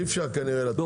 עם